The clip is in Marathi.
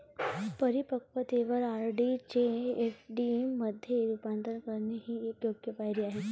परिपक्वतेवर आर.डी चे एफ.डी मध्ये रूपांतर करणे ही एक योग्य पायरी आहे